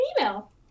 email